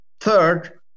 Third